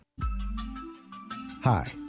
hi